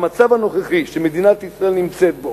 במצב הנוכחי שמדינת ישראל נמצאת בו,